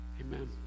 Amen